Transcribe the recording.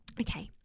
Okay